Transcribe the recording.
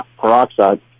peroxide